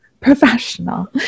Professional